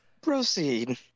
Proceed